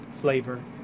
flavor